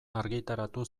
argitaratu